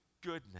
goodness